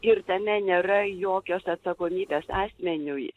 ir tame nėra jokios atsakomybės asmeniui